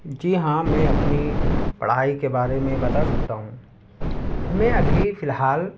جی ہاں میں اپنی پڑھائی کے بارے میں بتا سکتا ہوں میں ابھی فی الحال